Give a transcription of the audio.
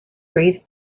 breathe